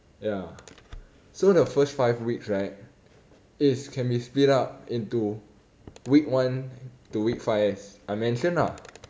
ya so the first five weeks right is can be split up into week one to week five as I mentioned lah